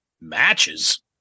Matches